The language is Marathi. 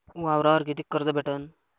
वावरावर कितीक कर्ज भेटन?